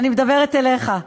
אני מדברת אליך,